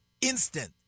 Instant